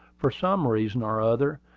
for some reason or other,